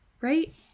right